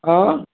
اۭں